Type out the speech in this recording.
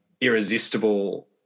irresistible